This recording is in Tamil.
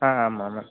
ஆ ஆமாம் ஆமாம்